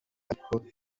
ariko